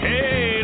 Hey